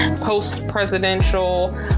post-presidential